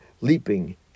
leaping